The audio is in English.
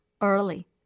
early